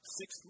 six